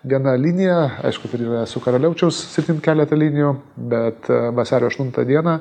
viena linija aišku dar yra su karaliaučiaus sritim keleta linijų bet vasario aštuntą dieną